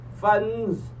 funds